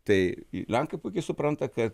tai lenkai puikiai supranta kad